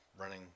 running